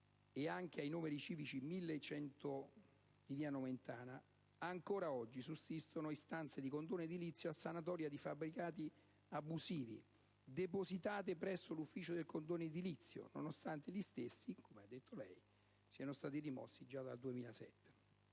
e anche al numero civico 1100 di via Nomentana, ancora oggi sussistono istanze di condono edilizio a sanatoria di fabbricati abusivi, depositate presso l'Ufficio del condono edilizio, nonostante gli stessi, come lei ha detto, siano stati rimossi già dal 2007.